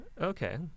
Okay